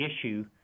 issue